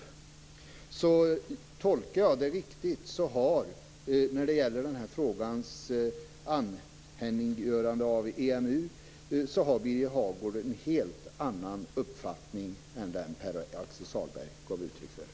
Om jag tolkar det riktigt har Birger Hagård en helt annan uppfattning än den Pär-Axel Sahlberg ger uttryck för när det gäller den här frågans anhängiggörande vid EMU.